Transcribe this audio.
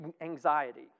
anxiety